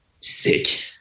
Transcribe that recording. Sick